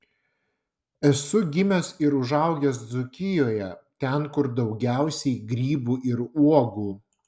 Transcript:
esu gimęs ir užaugęs dzūkijoje ten kur daugiausiai grybų ir uogų